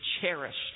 cherished